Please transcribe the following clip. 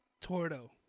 Torto